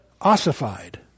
ossified